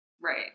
Right